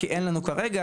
כי אין לנו כרגע,